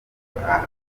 akora